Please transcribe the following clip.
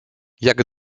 jak